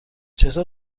چطور